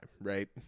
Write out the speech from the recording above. Right